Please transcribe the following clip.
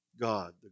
God